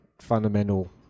fundamental